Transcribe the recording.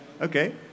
okay